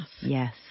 Yes